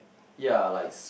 yea likes